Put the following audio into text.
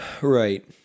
right